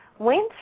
went